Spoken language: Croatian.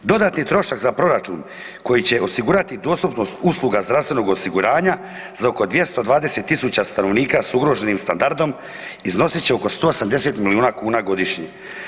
Dodatni trošak za proračun koji će osigurati dostupnost usluga zdravstvenog osiguranja za 220 tisuća stanovnika sa ugroženim standardom iznosit će oko 180 milijuna kuna godišnje.